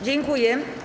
Dziękuję.